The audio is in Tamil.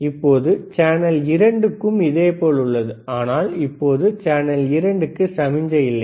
இப்போது சேனல் 2 க்கும் இதேபோல் உள்ளது ஆனால் இப்போது சேனல் 2 க்கு சமிக்ஞை இல்லை